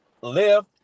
Live